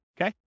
okay